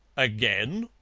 again!